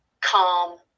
calm